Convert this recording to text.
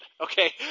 Okay